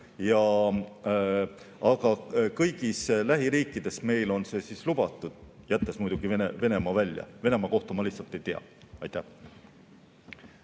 Aga kõigis lähiriikides on see lubatud, jättes muidugi Venemaa välja, Venemaa kohta ma lihtsalt ei tea. Jah,